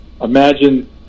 imagine